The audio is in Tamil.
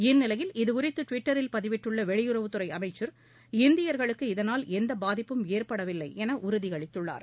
இந்நிலையில் இது குறித்து டுவிட்டரில் பதிவிட்டுள்ள வெளியுறவுத்துறை அமைச்சர் இந்தியர்களுக்கு இதனால் எந்த பாதிப்பும் ஏற்படவில்லையென என உறுதியளித்துள்ளார்